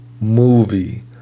movie